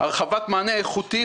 הרחבת מענה איכותי,